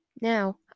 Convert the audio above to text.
Now